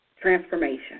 Transformation